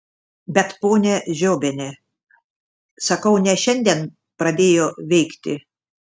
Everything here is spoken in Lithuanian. bet ponia žiobiene sakau ne šiandien pradėjo veikti